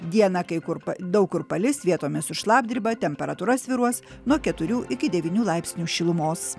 dieną kai kur daug kur palis vietomis su šlapdriba temperatūra svyruos nuo keturių iki devynių laipsnių šilumos